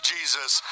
Jesus